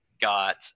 got